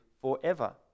forever